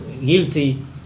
guilty